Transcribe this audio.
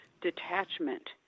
detachment